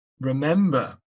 remember